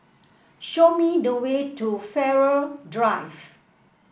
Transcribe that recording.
show me the way to Farrer Drive